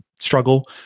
struggle